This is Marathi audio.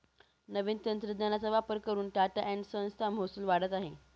नवीन तंत्रज्ञानाचा वापर करून टाटा एन्ड संस चा महसूल वाढत आहे